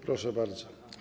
Proszę bardzo.